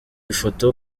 ifoto